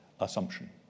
assumption